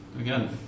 again